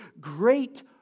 great